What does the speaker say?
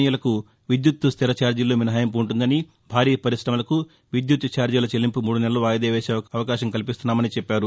ఈ లకు విద్యుత్తు స్టిర ఛార్జీల్లో మినహాయింపు ఉంటుందని భారీ పరిశమలకు విద్యుత్తు ఛార్జీల చెల్లింపు మూడు నెలలు వాయిదా వేసే అవకాశం కల్పిస్తున్నామని చెప్పారు